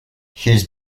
his